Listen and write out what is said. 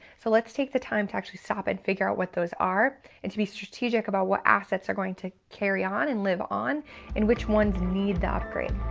so let's take the time to actually stop and figure out what those are, and to be strategic about what assets are going to carry on and live on and which ones need the upgrade.